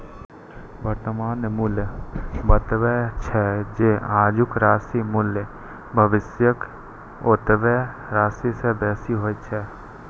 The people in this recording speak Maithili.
वर्तमान मूल्य बतबै छै, जे आजुक राशिक मूल्य भविष्यक ओतबे राशि सं बेसी होइ छै